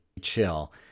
chill